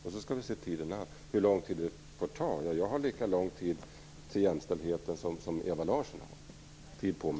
Vi skall se tiden an. På frågan om hur lång tid det får ta vill jag svara att jag har lika lång tid på mig till jämställdheten som